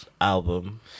album